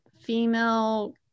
female